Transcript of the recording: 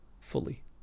fully